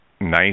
nice